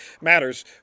matters